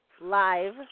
live